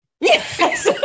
Yes